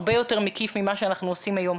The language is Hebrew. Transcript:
הרבה יותר מקיף ממה שאנחנו עושים היום.